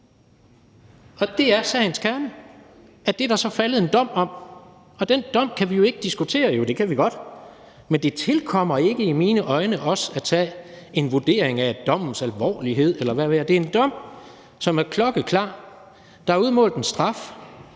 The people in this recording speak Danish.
dag. Det er sagens kerne; det er der så faldet dom om, og den dom kan vi jo ikke diskutere – jo, det kan vi godt, men det tilkommer i mine øjne ikke os at tage en vurdering af dommens alvorlighed, eller hvad ved jeg. Det er en dom, som er klokkeklar. Der er udmålt en straf.